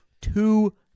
Two